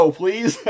please